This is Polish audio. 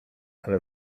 ale